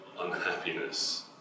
unhappiness